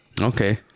Okay